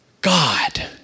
God